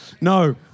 No